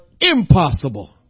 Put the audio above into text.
impossible